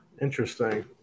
Interesting